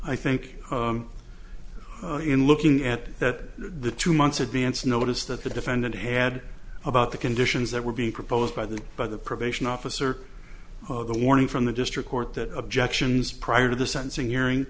i think in looking at that the two month's advance notice that the defendant had about the conditions that were being proposed by the by the probation officer the warning from the district court that objections prior to the sentencing hearing